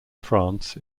france